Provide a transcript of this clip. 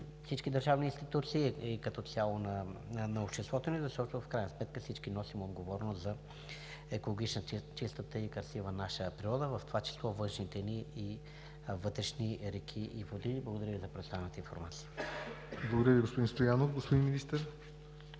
всички държавни институции и като цяло на обществото ни, защото в крайна сметка всички носим отговорност за екологичната чистота и красивата наша природа, в това число вътрешни и външни реки и води. Благодаря Ви за представената информация. ПРЕДСЕДАТЕЛ ЯВОР НОТЕВ: Благодаря Ви, господин Стоянов. Господин Министър?